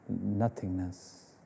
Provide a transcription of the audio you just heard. nothingness